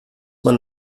man